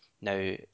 Now